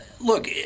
look